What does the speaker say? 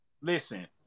listen